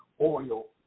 oil